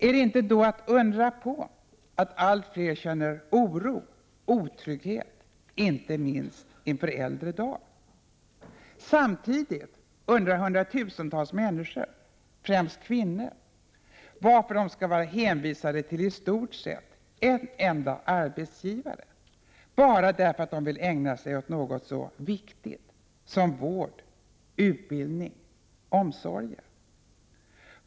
Är det då att undra på att allt fler känner oro, otrygghet, inte minst inför äldre dar? Samtidigt undrar hundratusentals människor, främst kvinnor, varför de skall vara hänvisade till i stort sett en enda arbetsgivare bara därför att de vill ägna sig åt något så viktigt som vård, utbildning eller omsorger.